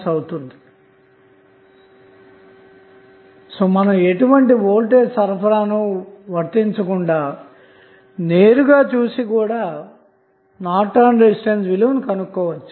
మీరు ఎటువంటి వోల్టేజ్సరఫరానువర్తించకుండా నేరుగా చూసి కూడానార్టన్ రెసిస్టెన్స్ ను కనుగొనవచ్చు